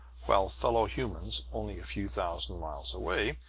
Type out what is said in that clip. while fellow humans only a few thousand miles away,